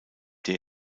der